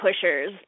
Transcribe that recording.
pushers